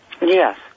Yes